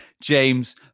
James